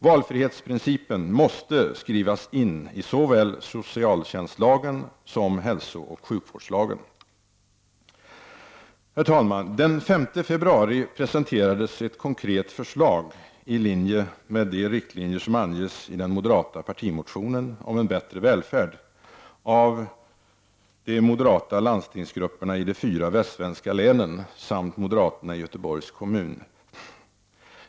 Valfrihetsprincipen måste skrivas in i såväl socialtjänstlagen som hälsooch sjukvårdslagen. Herr talman! Den 5 februari presenterades ett konkret förslag i linje med de riktlinjer som anges i den moderata partimotionen om en bättre välfärd av de moderata landstingsgrupperna i de fyra västsvenska länen samt moderaterna i Göteborgs kommun.